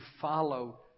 follow